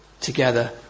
together